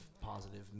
positive